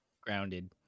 Grounded